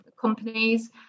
companies